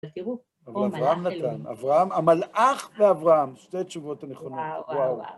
אז תראו, או מלאך אלוהים. אברהם נתן, אברהם, המלאך ואברהם, שתי תשובות הנכונות, וואוו וואוו וואוו